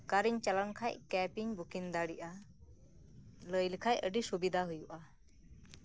ᱚᱠᱟᱨᱮᱧ ᱪᱟᱞᱟᱣᱞᱮᱱᱠᱷᱟᱡ ᱠᱮᱯ ᱤᱧ ᱵᱩᱠᱤᱝ ᱫᱟᱲᱤᱭᱟᱜᱼᱟ ᱞᱟᱹᱭᱞᱮᱠᱷᱟᱡ ᱟᱹᱰᱤ ᱥᱩᱵᱤᱫᱷᱟ ᱦᱩᱭᱩᱜᱼᱟ